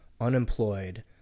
unemployed